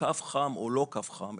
קו חם או לא קו חם,